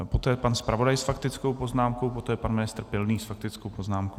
Poté pan zpravodaj s faktickou poznámkou, poté pan ministr Pilný s faktickou poznámkou.